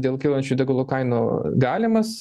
dėl kylančių degalų kainų galimas